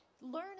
Learn